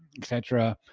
etc,